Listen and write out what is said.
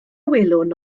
welwn